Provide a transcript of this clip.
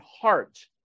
heart